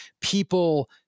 people